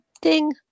Ding